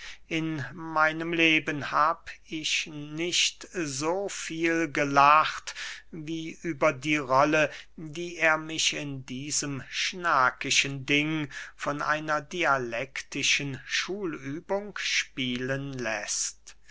in meinem leben hab ich nicht so viel gelacht wie über die rolle die er mich in diesem schnakischen ding von einer dialektischen schulübung spielen läßt